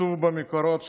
כתוב במקורות שלנו: